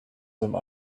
some